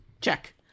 Check